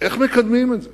איך מקדמים את זה?